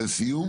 לסיום?